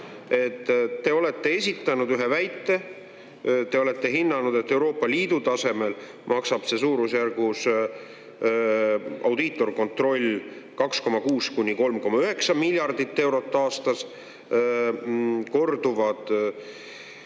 Te olete esitanud ühe väite. Te olete hinnanud, et Euroopa Liidu tasemel maksab see suurusjärgus, audiitorkontroll, 2,6–3,9 miljardit eurot aastas. Korduvad.